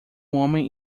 homem